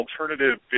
alternative